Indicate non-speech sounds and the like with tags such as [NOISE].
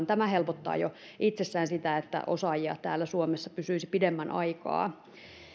[UNINTELLIGIBLE] tämä helpottaa jo itsessään sitä että osaajia täällä suomessa pysyisi pidemmän aikaa